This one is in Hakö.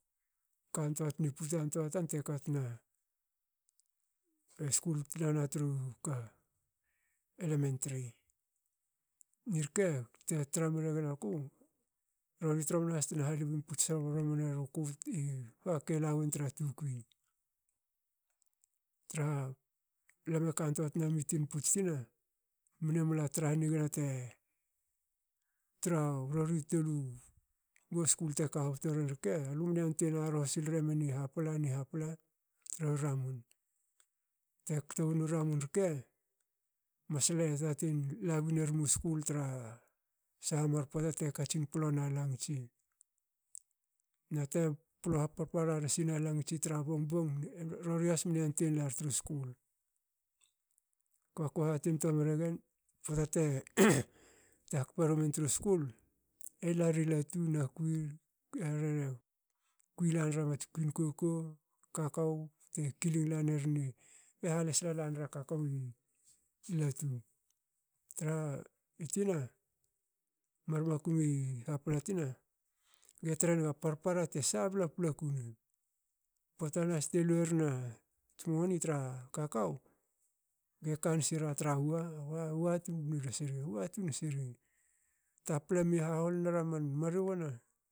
Kantoa tna i putan tua tan te kotna. te skul tla na tru ka elementry. irke te tra mregen aku. rori tromna has tena halivim puts tromna ba ke lawen tra tukui. Traha lame kantua tna mi tinputs tina. mne mla tra hanigna te. tra rori u tol u skul te ka hobto ri rke lu mne yantuein yarho sil remen i hapla ni hapla. tra ramun te kto wnu ramun rke masle tatin labin ermu school tra saha mar pota te katsin plo na langtsi na te plo ha parpara nasina langtsi tra bongbong rori has mne yantuein lar tru school. Kba ko hatin tua mregen. pota te hakpa rumin tru skul. ela ri latu na kui e rhena kui lanra mats kwin kokou. kakou te kiling lan ri latu. Traha itina man makum i hapla tina ge trenga parpara te sabla paplaku na. pota nahas te lu eren ats moni tra kakou. ge kansira tra wa. wa. wa tun siri. watun siri tapla me haholin era man marijuana.